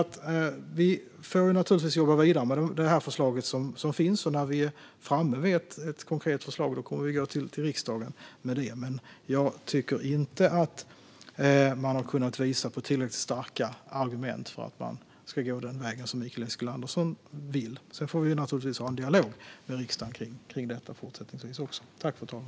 Vi får naturligtvis jobba vidare med det förslag som finns, och när vi är framme vid ett konkret förslag kommer vi att gå till riksdagen med det. Jag tycker inte att man har kunnat visa på tillräckligt starka argument för att vi ska gå den väg som Mikael Eskilandersson vill. Sedan får vi naturligtvis även fortsättningsvis ha en dialog med riksdagen om detta.